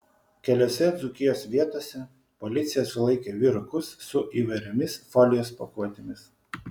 keliose dzūkijos vietose policija sulaikė vyrukus su įvairiomis folijos pakuotėmis